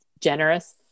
Generous